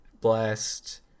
Blast